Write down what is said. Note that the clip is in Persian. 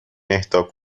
اهدا